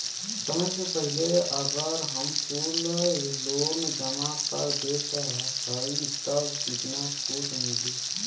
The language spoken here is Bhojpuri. समय से पहिले अगर हम कुल लोन जमा कर देत हई तब कितना छूट मिली?